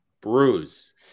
bruise